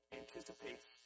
anticipates